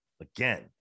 Again